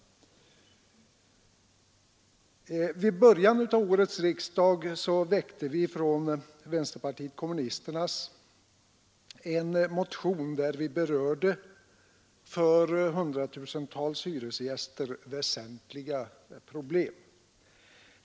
Vid början av årets riksdag väckte vi inom vänsterpartiet kommunisterna en motion, där vi berörde för hundratusentals hyresgäster väsentliga 150 problem.